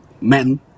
men